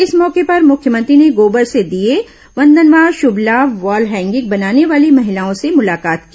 इस मौके पर मुख्यमंत्री ने गोबर से दीयें वंदनवार शुभ लाभ वॉल हैगिंग बनाने वाली महिलाओं से भी मुलाकात की